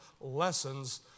lessons